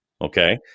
Okay